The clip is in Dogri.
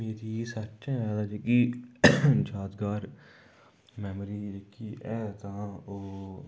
मेरी सट्ठे शा जेह्की यादगार मेमोरी जेह्की ऐ तां ओह्